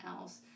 else